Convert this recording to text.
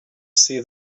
see